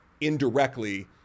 indirectly